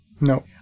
No